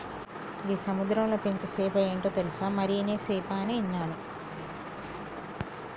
గీ సముద్రంలో పెంచే సేప ఏంటో తెలుసా, మరినే సేప అని ఇన్నాను